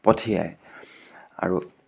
পঠিয়াই আৰু